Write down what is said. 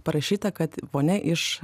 parašyta kad vonia iš